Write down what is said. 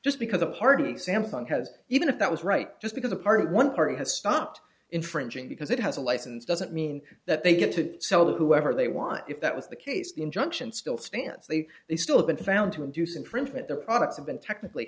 just because a party samsung has even if that was right just because a part of one party has stopped infringing because it has a license doesn't mean that they get to sell the whoever they want if that was the case the injunction still stands they they still have been found to induce infringement their products have been technically